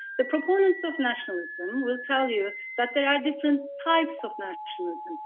the proponents of nationalism will tell you that there are different types of nationalism,